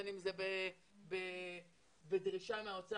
בין אם זאת בדרישה מהאוצר,